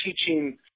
teaching